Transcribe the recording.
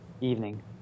Evening